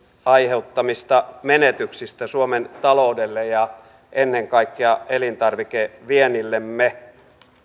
aiheuttamista menetyksistä suomen taloudelle ja ennen kaikkea elintarvikeviennillemme